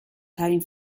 ترین